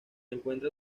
encuentra